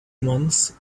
months